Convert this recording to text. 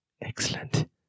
excellent